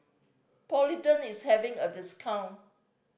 Polident is having a discount